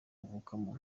avukamo